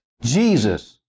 Jesus